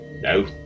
no